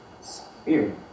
spirit